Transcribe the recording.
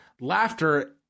laughter